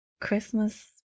Christmas